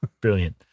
Brilliant